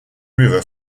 river